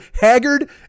Haggard